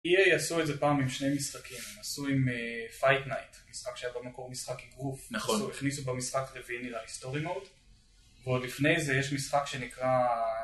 EA עשו את זה פעם עם שני משחקים, הם עשו עם Fight Night, משחק שהיה במקור משחק איגרוף, נכון, אז הכניסו במשחק הרביעי נראה לי סטורי מוד ועוד לפני זה יש משחק שנקרא...